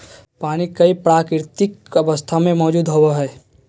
पानी कई प्राकृतिक अवस्था में मौजूद होबो हइ